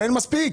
מה הבעיה?